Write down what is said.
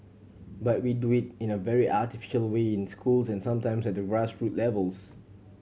but we do it in a very artificial way in schools and sometimes at the grass root levels